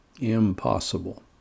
impossible